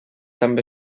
també